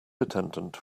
attendant